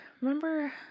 remember